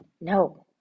No